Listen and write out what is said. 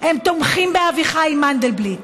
הם תומכים באביחי מנדלבליט,